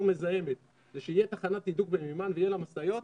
מזהמת זה שיהיה תחנת תדלוק במימן ויהיו לה משאיות,